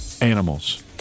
animals